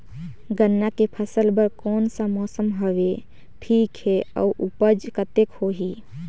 गन्ना के फसल बर कोन सा मौसम हवे ठीक हे अउर ऊपज कतेक होही?